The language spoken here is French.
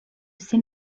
ses